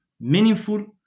meaningful